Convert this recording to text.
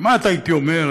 כמעט הייתי אומר,